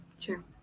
Sure